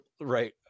right